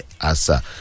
asa